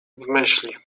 myśli